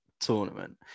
tournament